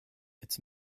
its